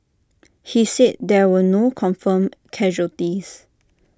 he said there were no confirmed casualties